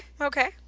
okay